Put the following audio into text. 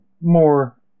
more